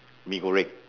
mee goreng